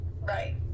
right